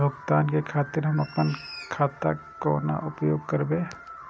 कोनो बील भुगतान के खातिर हम आपन खाता के कोना उपयोग करबै?